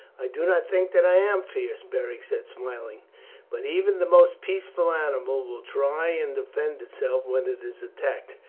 i do not think that i am fierce, beric said smiling but even the most peaceful animal will try and defend itself when it is attacked.